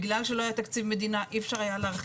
בגלל שלא היה תקציב מדינה והקורונה,